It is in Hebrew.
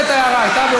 אני מבקש לומר לפרוטוקול,